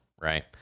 right